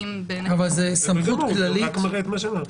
בסדר גמור, זה רק מראה את מה שאמרתי.